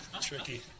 Tricky